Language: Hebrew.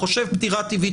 חושב פטירה טבעית,